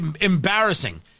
embarrassing